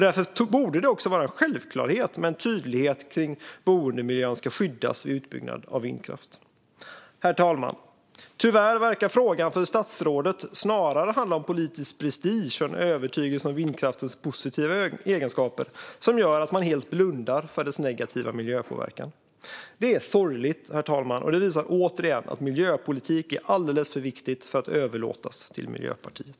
Därför borde det också vara en självklarhet med en tydlighet kring hur boendemiljön ska skyddas vid utbyggnad av vindkraft. Herr talman! Tyvärr verkar frågan för statsrådet snarare handla om politisk prestige än om övertygelsen om vindkraftens positiva egenskaper, vilket gör att man helt blundar för dess negativa miljöpåverkan. Det är sorgligt, och det visar återigen att miljöpolitik är alldeles för viktigt för att överlåtas till Miljöpartiet.